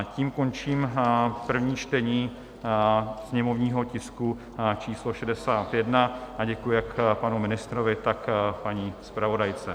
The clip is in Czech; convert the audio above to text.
Tím končím první čtení sněmovního tisku číslo 61 a děkuji jak panu ministrovi, tak paní zpravodajce.